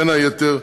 בין היתר,